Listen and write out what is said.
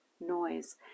noise